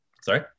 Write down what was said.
sorry